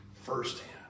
firsthand